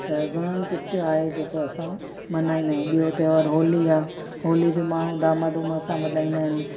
त घणो ई कुझु आहे जेको असां मल्हाईंदा आहियूं ॿियो त्योहारु होली आहे होली बि माण्हू धाम धूम सां मल्हाईंदा आहिनि